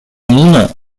муна